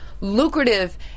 lucrative